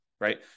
Right